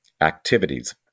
activities